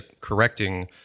correcting